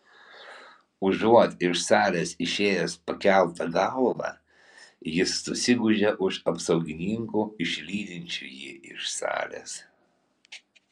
užuot iš salės išėjęs pakelta galva jis susigūžia už apsaugininkų išlydinčių jį iš salės